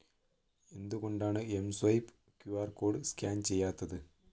എന്തുകൊണ്ടാണ് Mswipe Q R code scan ചെയ്യാത്തത്